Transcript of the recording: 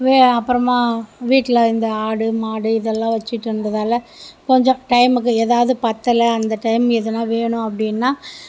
அப்பறமாக வீட்டில் இந்த ஆடு மாடு இதல்லாம் வச்சிகிட்டு இருந்ததால் கொஞ்சம் டைம்க்கு எதாவது பத்தல அந்த டைம் எதுனா வேணும் அப்படின்னா